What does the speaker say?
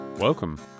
Welcome